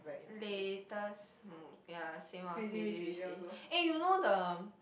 latest mo~ ya same oh Crazy Rich Asians eh you know the